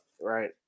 Right